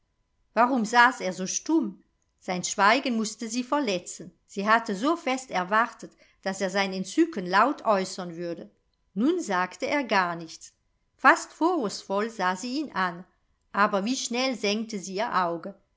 warum saß er so stumm sein schweigen mußte sie verletzen sie hatte so fest erwartet daß er sein entzücken laut äußern würde nun sagte er gar nichts fast vorwurfsvoll sah sie ihn an aber wie schnell senkte sie ihr auge